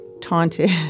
taunted